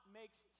makes